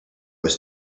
was